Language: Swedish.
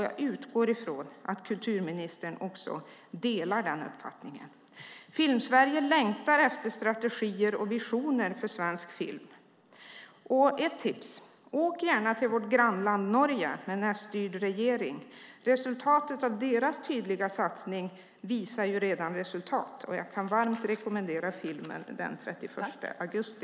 Jag utgår ifrån att kulturministern också delar den uppfattningen. Filmsverige längtar efter strategier och visioner för svensk film. Jag har ett tips. Åk gärna till vårt grannland Norge med en S-styrd regering! Deras tydliga satsning visar redan resultat. Jag kan varmt rekommendera filmen Oslo 31 augusti .